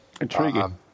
Intriguing